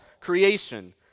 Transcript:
creation